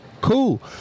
cool